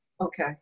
Okay